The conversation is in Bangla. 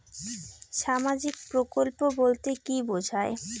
সামাজিক প্রকল্প বলতে কি বোঝায়?